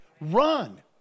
Run